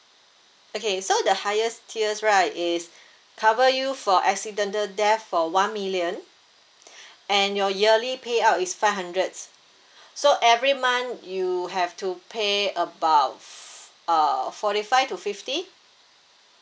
okay so the highest tiers right is cover you for accidental death for one million and your yearly payout is five hundreds so every month you have to pay about f~ uh forty five to fifty